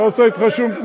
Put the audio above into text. לא הפרעתי לך,